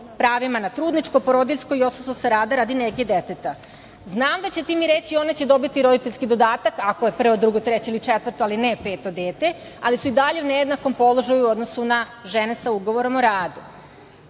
pravima na trudničko, porodiljsko i odsustvo sa rada radi nege deteta. Znam da ćete mi reći - one će dobiti roditeljski dodatak ako je prvo, drugo, treće ili četvrto, ali ne i peto dete, ali su i dalje u nejednakom položaju u odnosu na žene sa ugovorom o